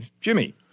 Jimmy